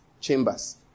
chambers